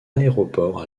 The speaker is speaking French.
aéroport